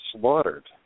slaughtered